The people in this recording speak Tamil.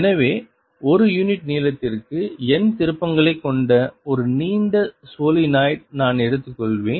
எனவே ஒரு யூனிட் நீளத்திற்கு n திருப்பங்களைக் கொண்ட ஒரு நீண்ட சோலனாய்டை நான் எடுத்துக்கொள்வேன்